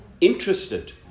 Interested